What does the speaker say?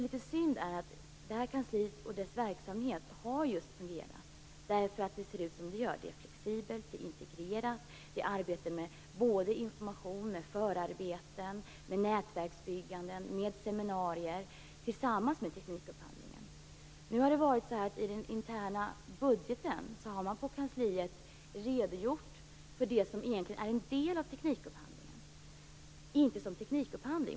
Det här kansliets verksamhet har fungerat flexibelt och integrerat, och man arbetar parallellt med teknikupphandlingen också med med information, med förarbeten, med nätverksbyggande och med seminarier. I den interna budgeten har man på kansliet redogjort för sådant som egentligen är en del av teknikupphandlingen som om det inte vore teknikupphandling.